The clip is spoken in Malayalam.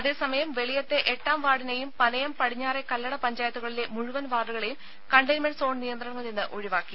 അതേസമയം വെളിയത്തെ എട്ടാം വാർഡിനെയും പനയം പടിഞ്ഞാറെ കല്ലട പഞ്ചായത്തുകളിലെ മുഴുവൻ വാർഡുകളെയും കണ്ടെയ്ൻമെന്റ് സോൺ നിയന്ത്രണങ്ങളിൽനിന്ന് ഒഴിവാക്കി